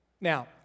Now